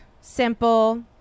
simple